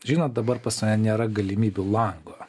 žinot dabar pas ją nėra galimybių lango